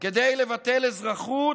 כדי לבטל אזרחות